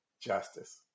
justice